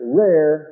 rare